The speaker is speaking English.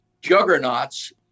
juggernauts